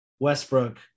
Westbrook